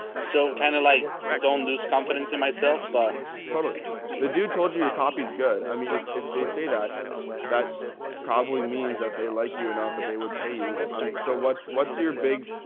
so kind of like don't lose confidence in myself, but totally the dude told you your copy's good. i mean, if, if they say that that's probably means that they like you enough, that they would pay you. um so what's, what's your big,